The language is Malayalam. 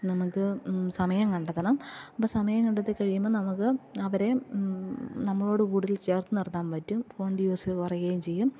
നമുക്ക് സമയം കണ്ടെത്തണം അപ്പോൾ സമയം കണ്ടെത്തി കഴിയുമ്പോൾ നമുക്ക് അവരെ നമ്മളോട് കൂടുതൽ ചേർത്തു നിർത്താൻ പറ്റും ഫോണിൻ്റെ യൂസ് കുറയും ചെയ്യും